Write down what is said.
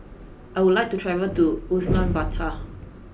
I would like to travel to Ulaanbaatar